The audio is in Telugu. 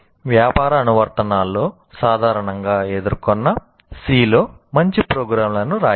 వ్యాపార అనువర్తనాల్లో సాధారణంగా ఎదుర్కొన్న C లో మంచి ప్రోగ్రామ్లను వ్రాయండి